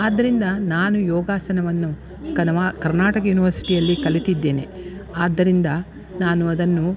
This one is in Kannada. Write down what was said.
ಆದ್ದರಿಂದ ನಾನು ಯೋಗಾಸನವನ್ನು ಕನ್ವಾ ಕರ್ನಾಟಕ ಯುನಿವರ್ಸಿಟಿಯಲ್ಲಿ ಕಲಿತಿದ್ದೇನೆ ಆದ್ದರಿಂದ ನಾನು ಅದನ್ನು